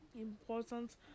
important